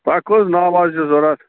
تۄہہِ کٔژ ناوٕ حظ چھِ ضروٗرت